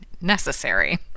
necessary